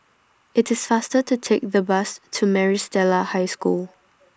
It's faster to Take The Bus to Maris Stella High School